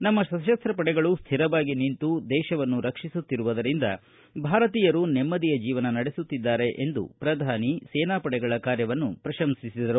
ನಮ್ಮ ಸಶಸ್ತ ಪಡೆಗಳು ಶ್ಥಿರವಾಗಿ ನಿಂತು ದೇಶವನ್ನು ರಕ್ಷಿಸುತ್ತಿರುವುದರಿಂದ ಭಾರತೀಯರು ನೆಮ್ಮದಿಯ ಜೀವನ ನಡೆಸುತ್ತಿದ್ದಾರೆ ಎಂದು ಪ್ರಧಾನಿ ಸೇನಾಪಡೆಗಳ ಕಾರ್ಯವನ್ನು ಪ್ರಶಂಸಿದರು